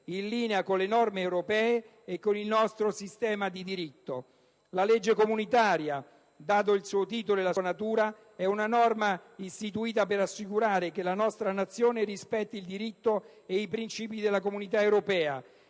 in linea con le norme europee e con il nostro sistema di diritto. La legge comunitaria, dato il suo titolo e la sua natura, è una norma istituita per assicurare che la nostra Nazione rispetti il diritto e i principi della Comunità europea,